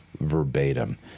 verbatim